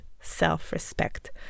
self-respect